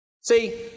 See